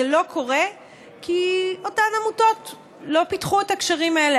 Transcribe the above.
זה לא קורה כי אותן עמותות לא פיתחו את הקשרים האלה.